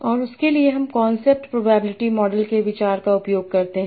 और उसके लिए हम कांसेप्ट प्रोबेबिलिटी मॉडल के विचार का उपयोग करते हैं